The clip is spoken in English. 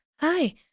hi